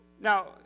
Now